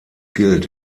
gilt